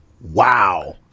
Wow